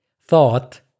Thought